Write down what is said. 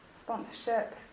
Sponsorship